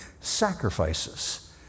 sacrifices